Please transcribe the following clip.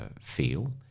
feel